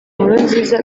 nkurunziza